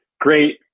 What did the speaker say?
Great